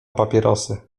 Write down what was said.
papierosy